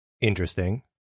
Interesting